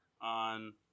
on